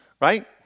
right